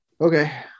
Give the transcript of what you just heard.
okay